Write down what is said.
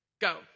go